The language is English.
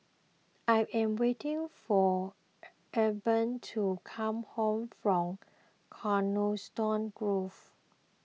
I am waiting for Egbert to come back from Coniston Grove